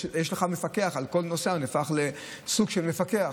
יש לך מפקח, הרי כל נוסע נהפך לסוג של מפקח,.